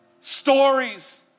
Stories